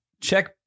check